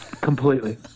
Completely